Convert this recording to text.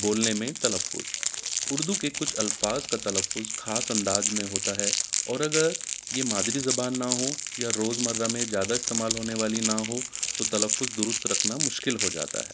بولنے میں تلفظ اردو کے کچھ الفاظ کا تلفظ خاص انداز میں ہوتا ہے اور اگر یہ مادری زبان نہ ہوں یا روز مرہ میں زیادہ استعمال ہونے والی نہ ہ تو تلفظ درست رکھنا مشکل ہو جاتا ہے